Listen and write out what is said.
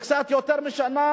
וקצת יותר משנה,